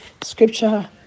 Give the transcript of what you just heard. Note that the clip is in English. Scripture